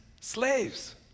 slaves